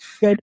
Good